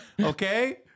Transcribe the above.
Okay